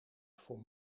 voor